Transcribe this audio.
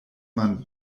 man